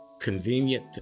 convenient